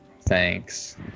thanks